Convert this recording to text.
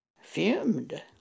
fumed